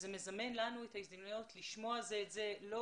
זה מזמן לנו את ההזדמנויות לשמוע זה את זה ולא